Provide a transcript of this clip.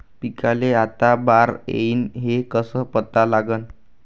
पिकाले आता बार येईन हे कसं पता लागन?